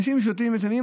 אנשים שותים מיץ ענבים,